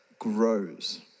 grows